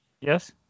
Yes